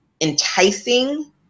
enticing